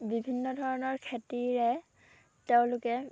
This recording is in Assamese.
বিভিন্ন ধৰণৰ খেতিৰে তেওঁলোকে